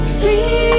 see